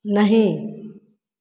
नहीं